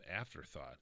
afterthought